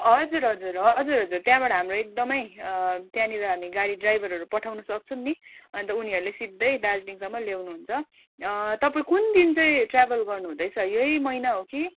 हजुर हजुर हजुर हजुर त्यहाँबाट हाम्रो एकदमै त्यहाँनिर हामी गाडी ड्राइभरहरू पठाउनु सक्छौँ नि अन्त उनीहरूले सिधै दार्जिलिङसम्म ल्याउनुहुन्छ तपाईँ कुन दिन चाहिँ ट्राभल गर्नुहुँदैछ यही महिना हो कि